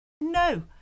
no